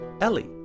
Ellie